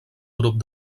grup